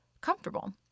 comfortable